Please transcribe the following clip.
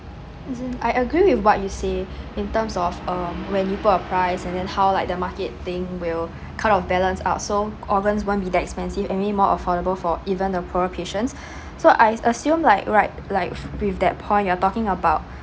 isn't I agree with what you say in terms of um when you put a price and then how like the market thing will kind of balance out so organs won't be that expensive anymore affordable for even the poorer patients so I assume like right like with that point you're talking about